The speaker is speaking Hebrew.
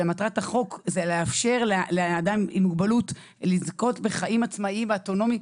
אלא לאפשר לאדם עם מוגבלות לזכות בחיים עצמאיים ואוטונומיים.